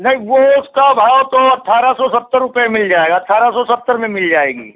नहीं वो उसका भाव तो अट्ठारह सौ सत्तर रुपये मिल जाएगा अट्ठारह सौ सत्तर में मिल जाएगी